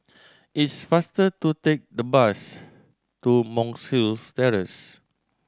it's faster to take the bus to Monk's Hill Terrace